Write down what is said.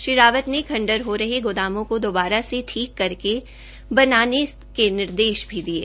श्री रावत ने खंडहर हो गये गोदामों को दोबारा से ठीक करके बनाने के भी निर्देश दिये